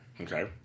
okay